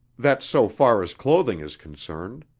that's so far as clothing is concerned!